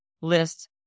list